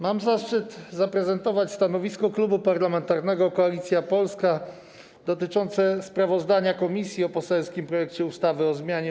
Mam zaszczyt zaprezentować stanowisko Klubu Parlamentarnego Koalicja Polska dotyczące sprawozdania komisji o poselskim projekcie ustawy o zmianie